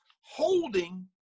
holding